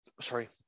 sorry